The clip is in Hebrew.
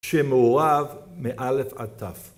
‫שמעורב מאלף עד תף.